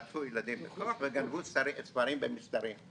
חטפו ילדים בכוח וגנבו ספרים במסתרים,